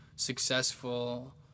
successful